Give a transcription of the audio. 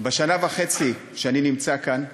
בשנה וחצי שאני נמצא כאן,